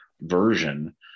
version